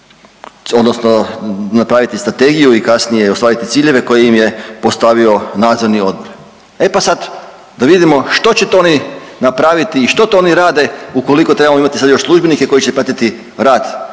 odnosno napraviti strategiju i kasnije ostvariti ciljeve koje im je postavio nadzorni odbor. E pa sada da vidimo što će to oni napraviti i što to oni rade ukoliko trebamo imati sad još službenike koji je pratiti rad